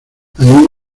anida